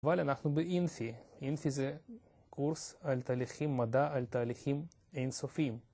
וואלה, אנחנו באינפי. אינפי זה קורס על תהליכים מדע, על תהליכים אין-סופים.